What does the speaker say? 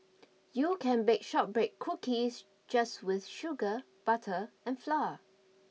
you can bake shortbread cookies just with sugar butter and flour